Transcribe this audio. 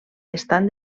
estan